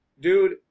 dude